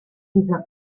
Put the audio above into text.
dieser